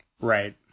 Right